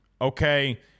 Okay